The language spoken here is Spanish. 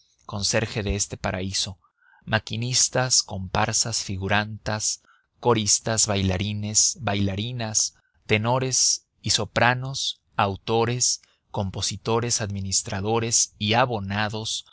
conserje de este paraíso maquinistas comparsas figurantas coristas bailarines y bailarinas tenores y sopranos autores compositores administradores y abonados